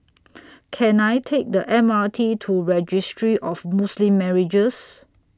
Can I Take The Mr T to Registry of Muslim Marriages